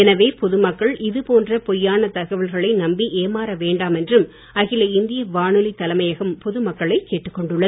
எனவே பொது மக்கள் இதுபோன்ற பொய்யான தகவல்களை நம்பி ஏமாற வேண்டாம் என்றும் அகில இந்திய வானொலி தலைமையகம் பொது மக்களைக் கேட்டுக் கொண்டுள்ளது